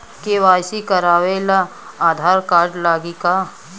KYC करावे ला Aadhaar card लागी का?